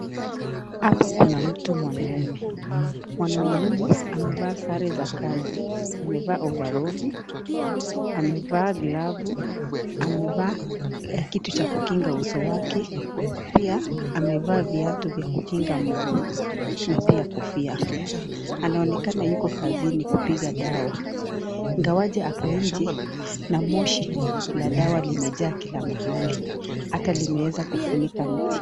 Hapa kuna mtu mwanaume, mwanaume huyu amevaa sare za kazi, amevaa ovaroli, amevaa glavu, amevaa kitu cha kukinga uso wake pia amevaa viatu vya kukinga mguu na pia kofia. Anaonekana yuko kazini kupiga dawa, ingawaje ako nje na moshi la dawa limejaa kila mahali, ata limeweza kufunika mti.